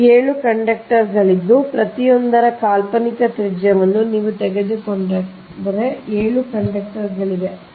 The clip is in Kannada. ಹಾಗಾದರೆ ಈಗ ಮೊದಲು 7 ಕಂಡಕ್ಟರ್ಗಳಿದ್ದು ಪ್ರತಿಯೊಂದರ ಆ ಕಾಲ್ಪನಿಕ ತ್ರಿಜ್ಯವನ್ನು ನೀವು ತೆಗೆದುಕೊಂಡರೆ 7 ಕಂಡಕ್ಟರ್ಗಳಿವೆ